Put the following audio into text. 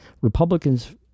Republicans